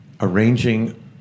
arranging